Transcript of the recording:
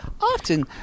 often